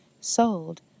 sold